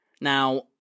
Now